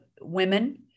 women